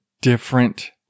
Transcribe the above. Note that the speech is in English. different